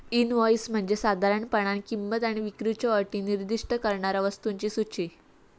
invoice म्हणजे साधारणपणान किंमत आणि विक्रीच्यो अटी निर्दिष्ट करणारा वस्तूंची सूची